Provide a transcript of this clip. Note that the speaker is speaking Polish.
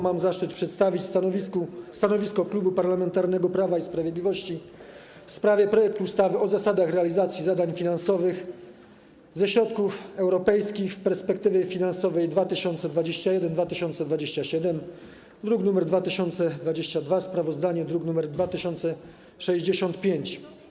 Mam zaszczyt przedstawić stanowisko Klubu Parlamentarnego Prawa i Sprawiedliwości w sprawie projektu ustawy o zasadach realizacji zadań finansowanych ze środków europejskich w perspektywie finansowej 2021-2027, druk nr 2022, sprawozdanie - druk nr 2065.